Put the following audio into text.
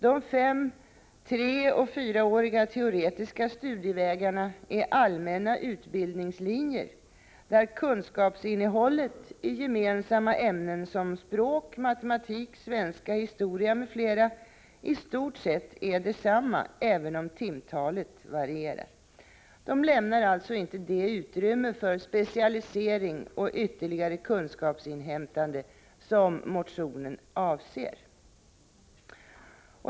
De fem teoretiska 3 och 4-åriga studievägarna är allmänna utbildningslinjer där kunskapsinnehållet i gemensamma ämnen som språk, matematik, svenska, historia m.fl. i stort sett är detsamma, även om timtalet varierar. De lämnar alltså inte det utrymme för specialisering och ytterligare kunskapsinhämtande som motionen avser.